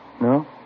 No